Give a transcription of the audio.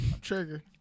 Trigger